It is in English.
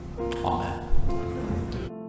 Amen